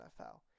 NFL